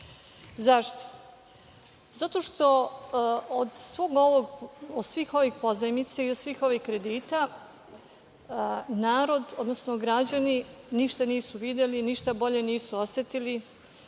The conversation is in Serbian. Zašto? Zato što od svih ovih pozajmica i od svih ovih kredita narod, odnosno građani, ništa nisu videli, ništa bolje nisu osetili,